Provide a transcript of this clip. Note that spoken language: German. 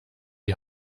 die